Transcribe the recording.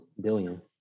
Billion